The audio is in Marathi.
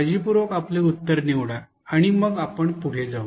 काळजीपूर्वक आपले उत्तर निवडा आणि मग आपण पुढे जाऊ